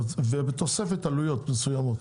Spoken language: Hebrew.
בתוספת עלויות מסוימות.